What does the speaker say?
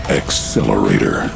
accelerator